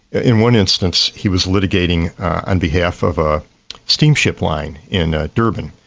in one instance, he was litigating on behalf of a steamship line in durban,